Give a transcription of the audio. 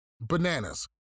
Bananas